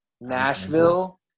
Nashville